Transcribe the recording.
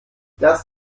das